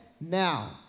now